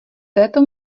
této